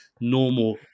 normal